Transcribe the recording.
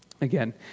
again